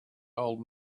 old